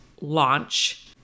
launch